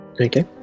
Okay